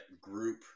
group